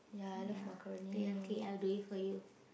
ya okay okay I will do it for you